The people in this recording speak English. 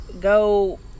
go